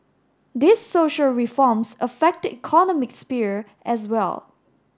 these social reforms affect the economic sphere as well